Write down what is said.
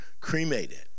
cremated